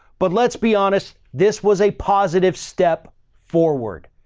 but let's be honest, this was a positive step forward.